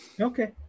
Okay